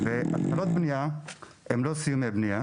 והתחלות בנייה הם לא סיומי בנייה